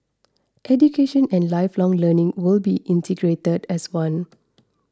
education and lifelong learning will be integrated as one